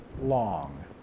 long